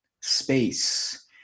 space